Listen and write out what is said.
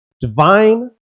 Divine